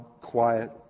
quiet